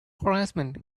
harassment